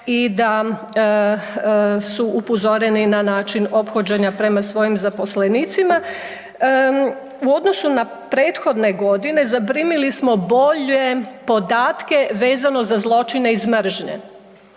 i da su upozoreni na način ophođenja prema svojim zaposlenicima. U odnosu na prethodne godine zaprimili smo bolje podatke vezano za zločine iz mržnje,